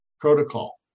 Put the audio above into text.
protocol